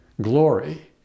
glory